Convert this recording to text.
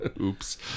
oops